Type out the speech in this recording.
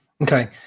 Okay